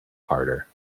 harder